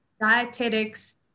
dietetics